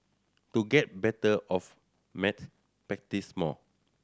to get better of maths practise more